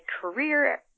career